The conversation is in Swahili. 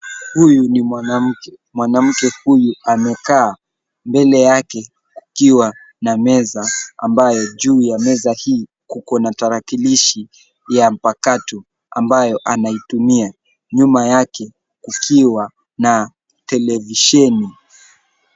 Huyu ni mwanamke. Mwanamke huyu amekaa mbele yake akiwa na meza ambaye, juu ya meza hii kuko na talakilishi ya mpakato ,ambayo anaitumia. Nyuma yake kukiwa na televisheni.